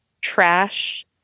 trash